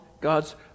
God's